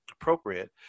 Appropriate